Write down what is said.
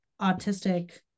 autistic